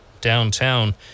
downtown